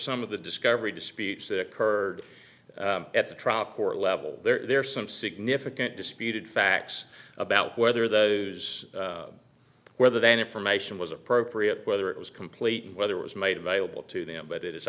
some of the discovery disputes that occurred at the trial court level there are some significant disputed facts about whether those whether then information was appropriate whether it was complete and whether was made available to them but it is